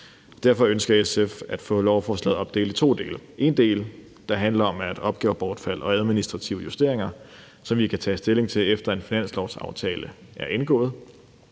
Derfor ønsker SF at få lovforslaget opdelt i to dele: en del, der handler om opgavebortfald og administrative justeringer, som vi kan tage stilling til efter en finanslovsaftale er indgået,